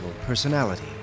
Personality